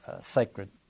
sacred